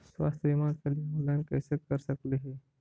स्वास्थ्य बीमा के लिए ऑनलाइन कैसे कर सकली ही?